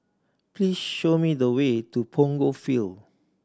please show me the way to Punggol Field